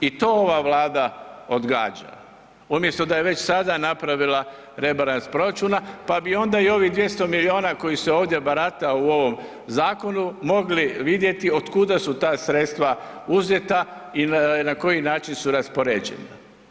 I to ova Vlada odgađa umjesto da je već sada napravila rebalans proračuna pa bi onda i ovih 200 milijuna koji se ovdje barata u ovom zakonu, mogli vidjeti otkuda su ta sredstva uzeta i na koji način su raspoređeni.